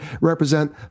represent